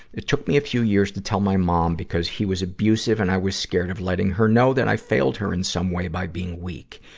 it took me a few years to tell my mom because he was abusive and i was scared of letting her know that i failed her in some way by being weak.